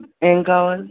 ఏం కావాలి